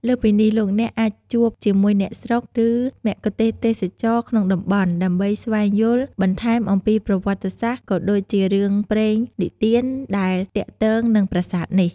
លើសពីនេះលោកអ្នកអាចជួបជាមួយអ្នកស្រុក ឬមគ្គទេសក៍ទេសចរណ៍ក្នុងតំបន់ ដើម្បីស្វែងយល់បន្ថែមអំពីប្រវត្តិសាស្ត្រ ក៏ដូចជារឿងព្រេងនិទានដែលទាក់ទងនឹងប្រាសាទនេះ។